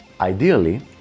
ideally